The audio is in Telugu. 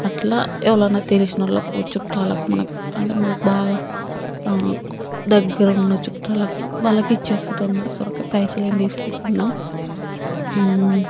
అట్లా ఎవరన్నా తెలిసిన వాళ్లకు చుట్టాలకు మనకు అంటే మనకు బాగా దగ్గర ఉన్న చుట్టాలకు వాళ్ళకి ఇచ్చేస్తుంట అనమాట సొరకాయ పైసలు ఏమి తీసుకోకుండా